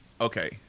okay